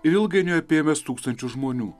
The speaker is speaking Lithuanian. ilgainiui apėmęs tūkstančius žmonių